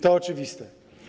To oczywiste.